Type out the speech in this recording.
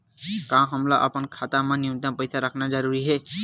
का हमला अपन खाता मा न्यूनतम पईसा रखना जरूरी हे?